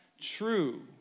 true